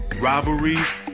rivalries